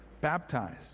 baptized